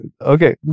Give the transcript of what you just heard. okay